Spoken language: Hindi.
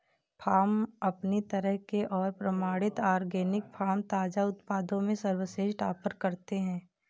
फ़ार्म अपनी तरह के और प्रमाणित ऑर्गेनिक फ़ार्म ताज़ा उत्पादों में सर्वश्रेष्ठ ऑफ़र करते है